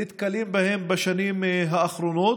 נתקלים בהם בשנים האחרונות,